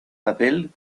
papel